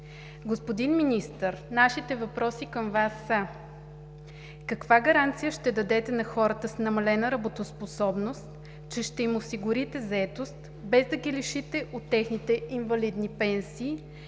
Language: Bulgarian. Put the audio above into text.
Господин Министър, нашите въпроси към Вас са: каква гаранция ще дадете на хората с намалена работоспособност, че ще им осигурите заетост, без да ги лишите от техните инвалидни пенсии?